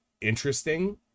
interesting